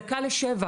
דקה ל-19:00